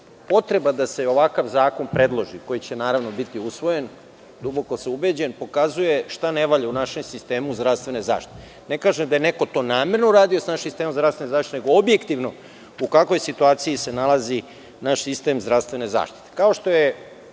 potreba da se ovakav zakon predloži, koji će naravno biti usvojen, duboko sam ubeđen, pokazuje šta ne valja u našem sistemu zdravstvene zaštite. Ne kažem da je neko to namerno uradio s našim sistemom zdravstvene zaštite, nego objektivno u kakvoj situaciji se nalazi naš sistem zdravstvene zaštite.